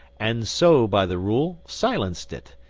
and so by the rule silenced it,